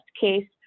case